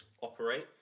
operate